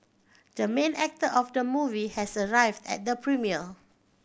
the main actor of the movie has arrived at the premiere